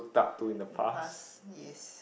uh in the past yes